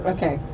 Okay